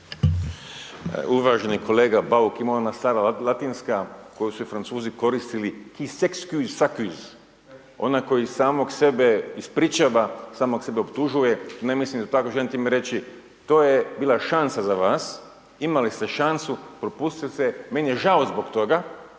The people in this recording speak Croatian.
Uvaženi kolega Bauk, ima ona stara latinska koju su Francuzi koristili …/Govornik govori stranim jezikom./… ona koji samog sebe ispričava, samog sebe optužuje, ne mislim da je tako želim time reći to je bila šansa za vas, imali ste šansu, propustili ste, meni je žao zbog toga,